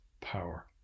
power